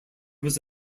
was